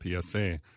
PSA